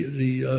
the